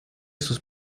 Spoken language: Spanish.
sus